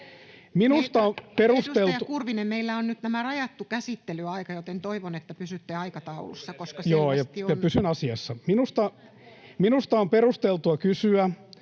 Minusta on perusteltua kysyä,